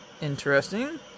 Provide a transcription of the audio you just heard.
interesting